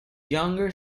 younger